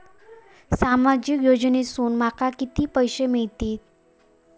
सामाजिक योजनेसून माका किती पैशे मिळतीत?